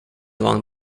along